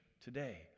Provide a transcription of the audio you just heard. today